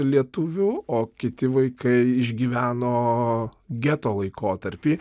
lietuvių o kiti vaikai išgyveno geto laikotarpį